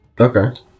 Okay